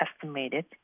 estimated